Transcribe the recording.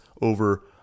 over